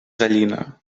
gallina